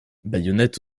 baïonnettes